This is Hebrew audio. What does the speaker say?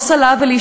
שם, אלי